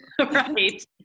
Right